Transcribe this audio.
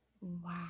Wow